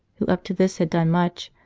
who up to this had done much,